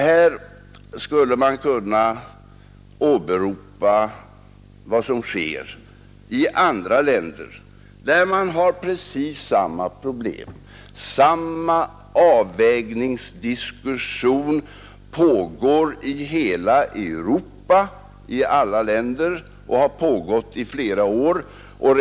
Här skulle man kunna åberopa vad som sker i andra länder där vi finner precis samma problem; samma avvägningsdiskussioner pågår sedan flera år i Europas alla länder.